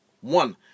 one